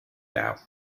doubt